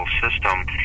system